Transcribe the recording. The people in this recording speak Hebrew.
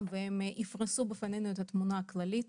והם יפרסו בפנינו את התמונה הכללית.